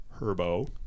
Herbo